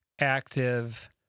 active